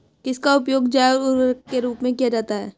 किसका उपयोग जैव उर्वरक के रूप में किया जाता है?